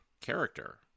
character